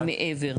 מעבר?